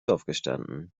aufgestanden